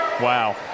Wow